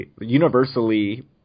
universally